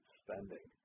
spending